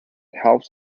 helps